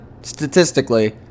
statistically